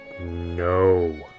No